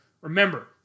remember